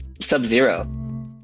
Sub-Zero